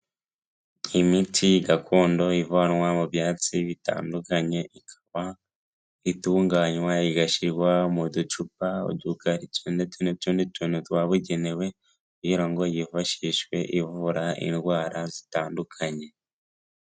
Imiti gakondo ivanwa mu byatsi bitandukanye ikaba itunganywa igashyirwa mu ducupa, udukarito ndetse n'utundi tunu twabugenewe kugira ngo yifashishwe ivura indwara zitandukanye.